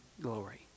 glory